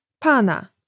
pana